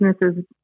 businesses